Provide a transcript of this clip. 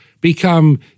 become